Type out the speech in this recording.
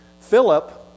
Philip